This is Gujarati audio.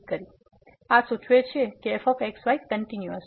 તેથી આ સૂચવે છે કે f x y કંટીન્યુઅસ છે